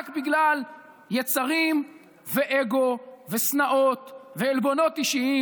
רק בגלל יצרים ואגו ושנאות ועלבונות אישיים.